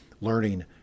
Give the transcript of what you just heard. learning